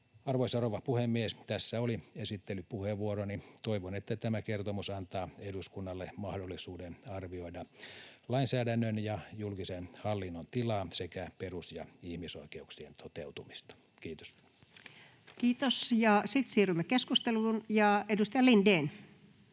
Arvoisa rouva puhemies! Tässä oli esittelypuheenvuoroni. Toivon, että tämä kertomus antaa eduskunnalle mahdollisuuden arvioida lainsäädännön ja julkisen hallinnon tilaa sekä perus- ja ihmisoikeuksien toteutumista. — Kiitos. Kiitos. — Sitten siirrymme keskusteluun, ja edustaja Lindén.